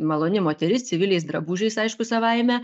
maloni moteris civiliais drabužiais aišku savaime